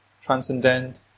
transcendent